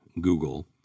Google